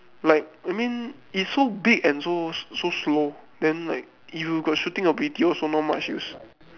like I mean is so big and so so slow then like you got shooting ability also not much use